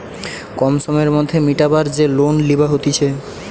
কম সময়ের মধ্যে মিটাবার যে লোন লিবা হতিছে